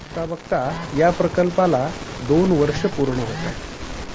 बघता बघता या प्रकल्पाला दोन वर्ष पूर्ण होताएत